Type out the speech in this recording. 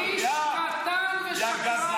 אתה איש קטן ושקרן.